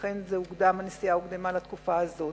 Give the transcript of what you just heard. הנסיעה הוקדמה לתקופה הזאת.